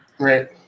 Right